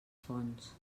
fonts